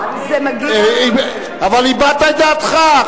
אבל הבעת את דעתך.